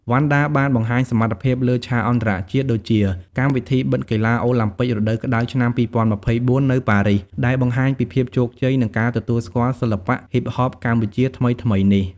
វណ្ណដាបានបង្ហាញសមត្ថភាពលើឆាកអន្តរជាតិ ដូចជា កម្មវិធីបិទកីឡាអូឡាំពិករដូវក្តៅឆ្នាំ ២០២៤ នៅប៉ារីស ដែលបង្ហាញពីភាពជោគជ័យ និងការទទួលស្គាល់សិល្បៈហ៊ីបហប កម្ពុជាថ្មីៗនេះ។